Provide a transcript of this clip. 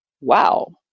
wow